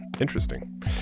interesting